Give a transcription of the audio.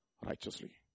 righteously